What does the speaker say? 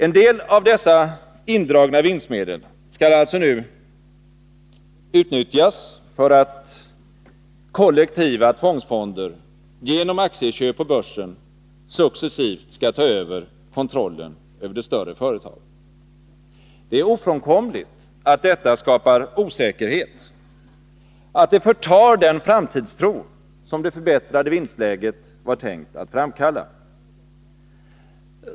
En del av dessa indragna vinstmedel skall alltså utnyttjas för att kollektiva tvångsfonder genom aktieköp på börsen successivt skall ta över kontrollen över de större företagen. Det är ofrånkomligt att detta skapar osäkerhet, att det förtar den framtidstro som det förbättrade vinstläget var tänkt att framkalla.